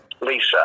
Lisa